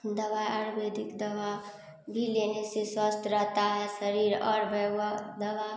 दवा आयुर्वेदिक दवा भी लेने से स्वस्थ रहता है शरीर और भै वह दबा